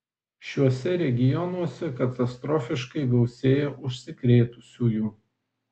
šiuose regionuose katastrofiškai gausėja užsikrėtusiųjų